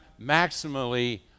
maximally